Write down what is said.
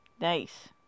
Nice